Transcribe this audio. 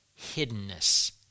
hiddenness